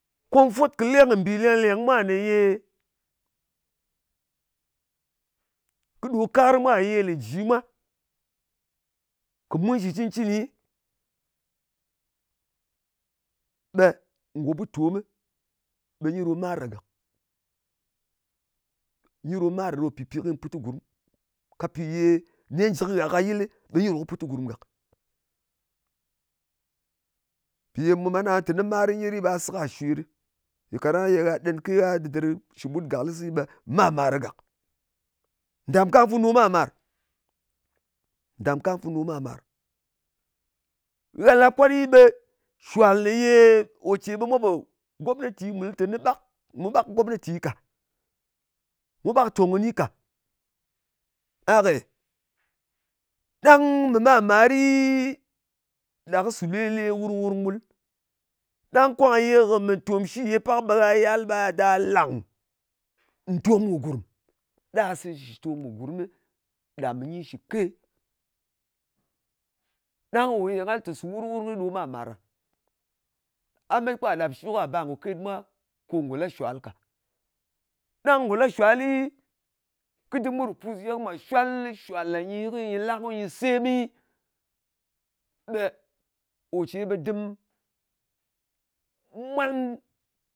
Kom fwot kɨ mbì leng-lèng mwa ne ye, kɨ ɗo kar mwà ye le ji mwa, kɨ mun shɨ cɨncɨni, ɓe ngò butomɨ nyi ɗo mar ɗa gàk. Nyi ɗo mar ɗa ɗo pɨpi kɨy put kɨ gurm. Ka pi ye nen jɨ kɨ gha ka yɨlɨ, ɓe nyi ɗo kɨ put kɨ gurm gàk. Mpì ye mù màn aha teni marɨ nyet ɗɨ, ɓa se kà shwe ɗɨ. Mpì kaɗang ye gha ɗen ke gha dɨdɨr shɨ ɓut gàklɨsɨ, ɓe mar-mar ɗa gàk. Ŋdàm kam funu ɗo mar-màr. Ndam kam funu ɗo mar-màr. Gha làp kwat ɗɨ ɓe shwal neye ò ce ɓe mwa tè, gomnati mu lɨ teni ɓak. Mu ɓak gomnati ka. Mu ɓak tòng kɨni ka. A kè, ɗang mɨ mar-mari, ɗa kɨ sù le-le, wurng-wurng ɓul. Ɗang kwang ye kɨ mɨ tòmshi ye pak ɓa yal ɓa da làng ntom kɨ gùrm. Ɗa se ntom kɨ gurmɨ, ɗa mɨ nyi shɨke. Ɗang ko ye nga lɨ tè su wurng-wurng ɗo mar-mar a. A met ka ɗap shi ka ɓar ngò ket mwa, ko ngò la shal ka. Ɗang ngò la shwali, kɨ dɨm kɨ rù pus ye ko mwa shwal shwàl ɗa nyi, ko nyɨ la, ko nyɨ semi, ɓe ò ce ɓe dɨm mwalm.